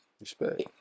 Respect